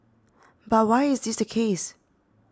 but why is this the case